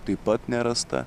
taip pat nerasta